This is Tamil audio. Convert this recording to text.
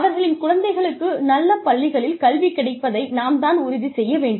அவர்களின் குழந்தைகளுக்கு நல்ல பள்ளிகளில் கல்வி கிடைப்பதை நாம் தான் உறுதி செய்ய வேண்டும்